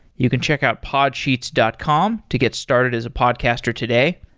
you can check out podsheets dot com to get started as a podcaster today.